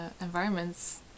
environments